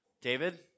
David